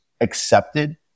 accepted